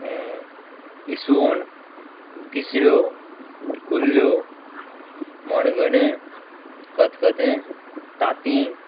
इस्वण तिसऱ्यो कुल्ल्यो मणगणें खतखतें तातीं